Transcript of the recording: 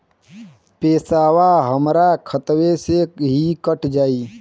पेसावा हमरा खतवे से ही कट जाई?